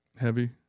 Heavy